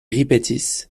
ripetis